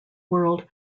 world